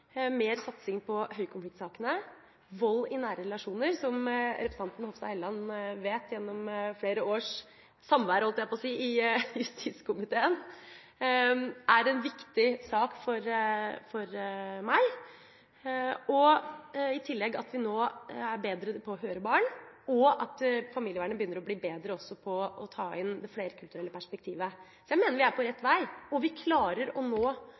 mer satsing på høykonfliktsakene. Vold i nære relasjoner er – som representanten Hofstad Helleland vet gjennom flere års samvær i justiskomiteen – en viktig sak for meg, i tillegg til at vi nå er bedre til å høre på barn, og at familievernet også begynner å bli bedre på ta inn det flerkulturelle perspektivet. Så jeg mener vi er på rett vei, og vi klarer å nå